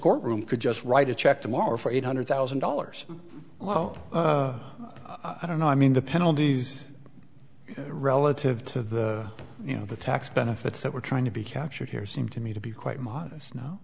courtroom could just write a check tomorrow for eight hundred thousand dollars well i don't know i mean the penalties relative to the you know the tax benefits that were trying to be captured here seem to me to be quite modest no